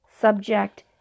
subject